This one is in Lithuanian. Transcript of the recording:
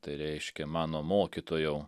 tai reiškia mano mokytojau